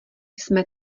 jsme